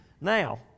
Now